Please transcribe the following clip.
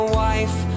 wife